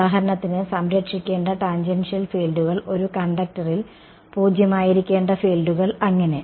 ഉദാഹരണത്തിന് സംരക്ഷിക്കേണ്ട ടാൻജെൻഷ്യൽ ഫീൽഡുകൾ ഒരു കണ്ടക്ടറിൽ പൂജ്യമായിരിക്കേണ്ട ഫീൽഡുകൾ അങ്ങനെ